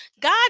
God